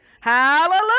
Hallelujah